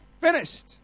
Finished